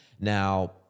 Now